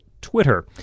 Twitter